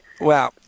Wow